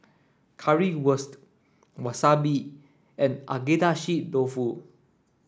Currywurst Wasabi and Agedashi dofu